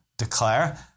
Declare